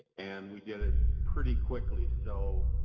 and we did it pretty quickly. so,